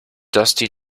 dusty